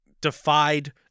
defied